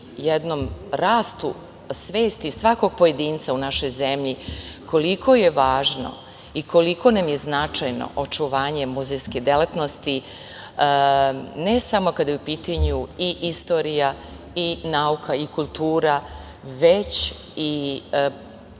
jednom rastu svesti svakog pojedinca u našoj zemlji koliko je važno i koliko nam je značajno očuvanje muzejske delatnosti ne samo kada je u pitanju i istorija i nauka i kultura, već i